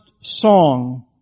song